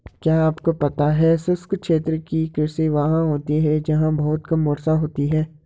क्या आपको पता है शुष्क क्षेत्र कृषि वहाँ होती है जहाँ बहुत कम वर्षा होती है?